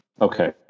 Okay